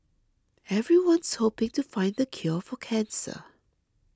everyone's hoping to find the cure for cancer